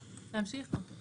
(9)